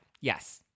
Yes